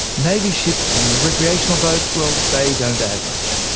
navy ships and recreational boats, well, they don't add much.